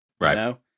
Right